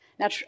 Now